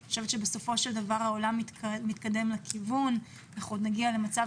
אני חושבת שבסופו של דבר העולם מתקדם לכיוון ואנחנו עוד נגיע למצב